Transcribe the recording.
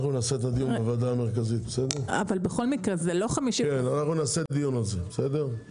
אנחנו נעשה את הדיון בוועדה המרכזית.